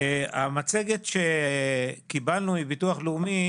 המצגת שקיבלנו מביטוח לאומי,